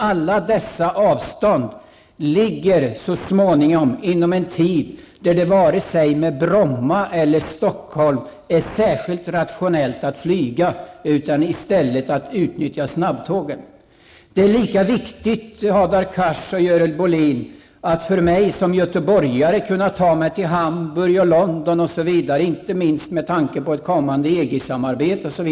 Alla dessa avstånd kommer så småningom att ligga inom en restid som vare sig det gäller Bromma eller Arlanda gör det särskilt rationellt att flyga. I stället bör man utnyttja snabbtågen. Det är lika viktigt, Hadar Cars och Görel Bohlin, att för mig som göteborgare kunna ta mig till Hamburg, London osv., inte minst med tanke på ett kommande EG-samarbete.